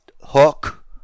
Hook